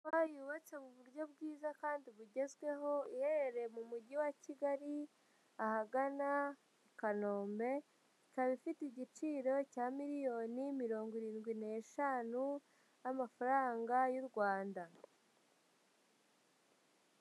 Inyubako yubatse mu buryo bwiza kandi bugezweho iherereye mu mujyi wa Kigali ahagana Kanombe ikaba ifite igiciro cya miliyoni mirongo irindwi n'eshanu z'amafaranga y'u Rwanda.